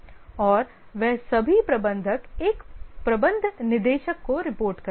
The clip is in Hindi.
और वे सभी सभी प्रबंधक एक प्रबंध निदेशक को रिपोर्ट करते हैं